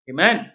Amen